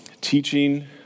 teaching